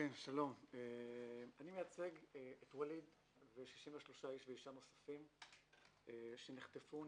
אני מייצג את וליד ו-36 איש נוספים שנחטפו,